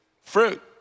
fruit